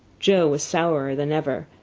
joe was sourer than ever,